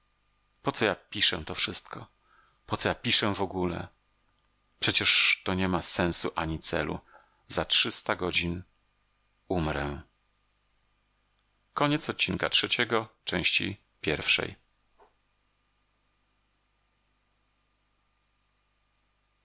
po co ja piszę to wszystko po co ja piszę wogóle przecież to nie ma sensu ani celu za trzysta godzin umrę